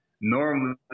normally